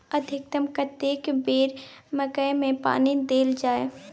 अधिकतम कतेक बेर मकई मे पानी देल जाय?